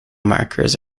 markers